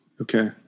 Okay